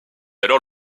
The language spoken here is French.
alors